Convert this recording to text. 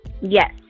Yes